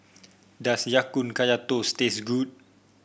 does Ya Kun Kaya Toast taste good